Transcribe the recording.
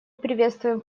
приветствуем